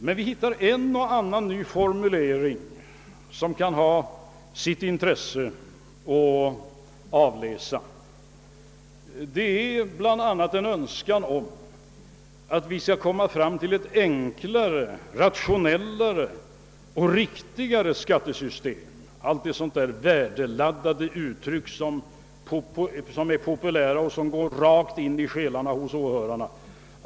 Men vi hittar också en och annan ny formulering som kan ha sitt intresse att avläsa. Det är bl.a. en önskan om att vi skall komma fram till ett enklare, rationellare och riktigare skattesystem. Det är sådana där värdeladdade uttryck som är populära och går rakt in i själen hos åhörarna.